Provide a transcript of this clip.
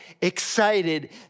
excited